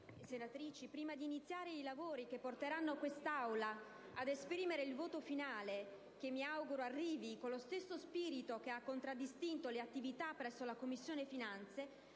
senatori, prima di iniziare i lavori che porteranno quest'Aula ad esprimere il voto finale, che mi auguro arrivi con lo stesso spirito che ha contraddistinto le attività svolte presso la Commissione finanze,